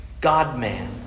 God-man